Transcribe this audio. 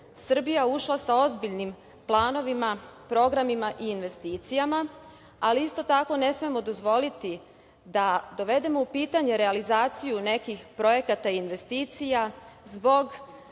Srbija ušla sa ozbiljnim planovima, programima i investicijama, ali isto tako ne smemo dozvoliti da dovedemo u pitanje realizaciju nekih projekata i investicija zbog